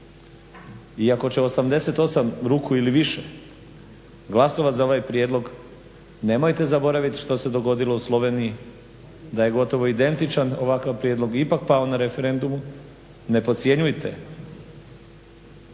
iako će 88 ruku i više glasovati za ovaj prijedlog nemojte zaboraviti što se dogodilo u Sloveniji da je gotovo identičan ovakav prijedlog ipak pao na referendumu, ne podcjenjujte